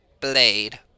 blade